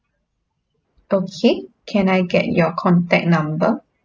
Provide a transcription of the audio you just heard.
okay can I get your contact number